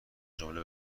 جمله